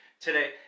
today